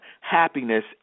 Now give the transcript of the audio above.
happiness